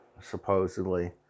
supposedly